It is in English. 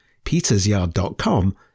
petersyard.com